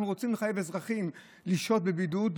אנחנו רוצים לחייב אזרחים לשהות בבידוד,